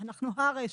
אנחנו הרשת.